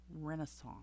Renaissance